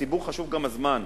לציבור חשוב גם הזמן.